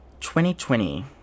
2020